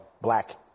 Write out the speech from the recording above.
black